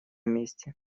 месте